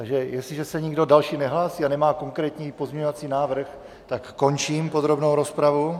Takže jestliže se nikdo další nehlásí a nemá konkrétní pozměňovací návrh, končím podrobnou rozpravu.